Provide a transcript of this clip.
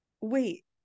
wait